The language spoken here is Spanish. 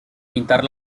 pintar